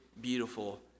beautiful